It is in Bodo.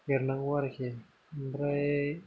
एरनांगौ आरोखि ओमफ्राय